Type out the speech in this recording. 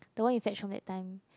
the one you fetch on that time